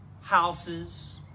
houses